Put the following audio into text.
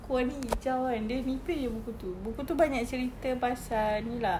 buku warna hijau kan dia nipis saja buku itu buku itu banyak cerita pasal ini lah